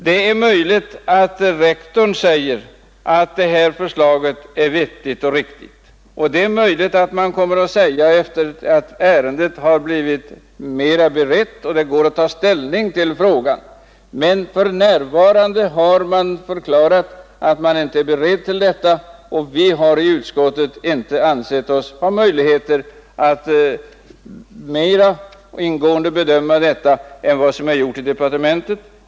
Det är möjligt att rektorn anser att detta förslag är vettigt och riktigt, och det är möjligt att departementschefen kommer att säga detsamma, sedan ärendet har blivit mera berett och det går att ta ställning till frågan. Men för närvarande har departementschefen förklarat sig inte vara beredd till detta, och utskottet har inte ansett sig ha möjlighet att bedöma frågan mera ingående än vad som är gjort i departementet.